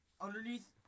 underneath